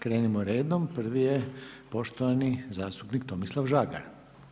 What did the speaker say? Krenimo redom, prvi je poštovani zastupnik Tomislav Žagar.